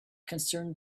concerned